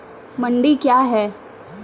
मंडी क्या हैं?